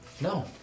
No